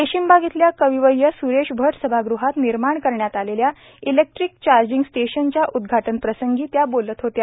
रेशीमबाग येथील कविवर्य स्रेश भट सभागृहात निर्माण करण्यात आलेल्या इलेक्ट्रिक चार्जींग स्टेशनच्या उद्घाटनप्रसंगी त्या बोलत होत्या